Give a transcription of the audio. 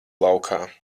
laukā